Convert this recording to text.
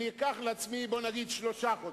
אני אקח לעצמי, בוא נגיד, שלושה חודשים.